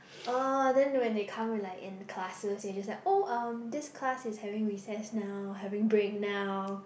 uh then when they come in like in classes then you just like oh this class is having recess now having break now